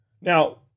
Now